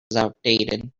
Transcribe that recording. outdated